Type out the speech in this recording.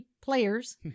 players